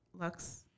Lux